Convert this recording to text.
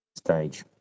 stage